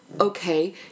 okay